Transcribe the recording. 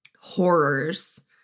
horrors